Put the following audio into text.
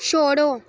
छोड़ो